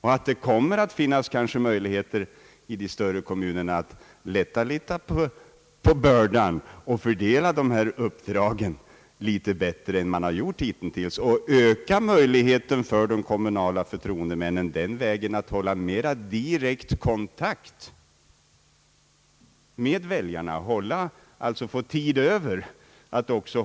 Kanske kommer det i de större kommunerna att finnas möjligheter att lätta litet på bördan, fördela dessa uppdrag litet bättre än man gjort hitintills och på den vägen öka möjligheten för de kommunala förtroendemännen att hålla mera direkt kontakt med väljarna genom att de får tid över för det.